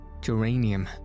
Geranium